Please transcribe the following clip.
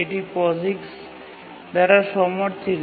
এটি POSIX দ্বারা সমর্থিত